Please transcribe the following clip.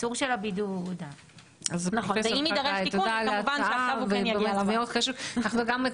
הספקים שמבצעים את הבדיקות עבורנו מקבלים את ההחזר על